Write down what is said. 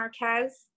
Marquez